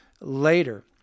later